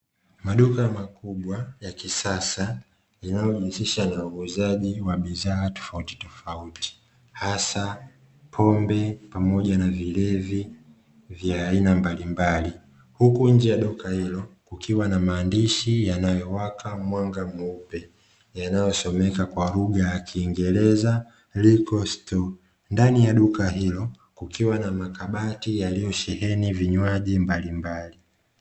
Maduka makubwa yakisasa linalojihusisha na uuzaji wa bidhaa tofauti tofauti, hasa pombe pamoja na vilevi vya aina mbalimbali huku nje ya duka hilo kukiwa na maandishi yanayowaka mwanga mweupe yanayosomeka kwa lugha ya kiingereza "likwesito" ndani ya duka hilo kukiwa na makabati yaliyosheheni vinywaji mbalimbali.